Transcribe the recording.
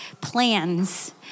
plans